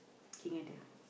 King ada